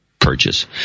purchase